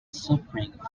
suffering